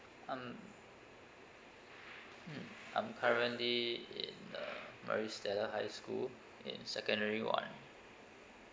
um mm I'm currently in the maris stella high school in secondary one